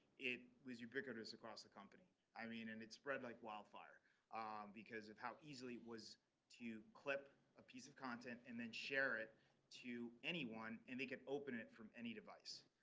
it was ubiquitous across the company. i mean and it spread like wildfire because of how easily was to clip a piece of content and then share it to anyone and make it open it from any device.